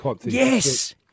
Yes